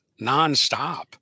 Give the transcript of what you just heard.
nonstop